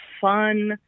fun